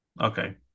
Okay